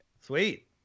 sweet